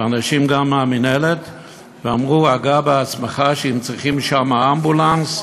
ואנשים גם מהמינהלת ואמרו: הגע בעצמך שאם צריכים שם אמבולנס,